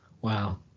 Wow